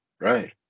right